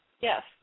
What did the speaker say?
Yes